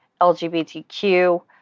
LGBTQ